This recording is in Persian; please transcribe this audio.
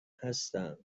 هستم